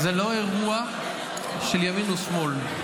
זה לא אירוע של ימין ושמאל.